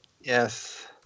Yes